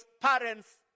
parents